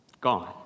Gone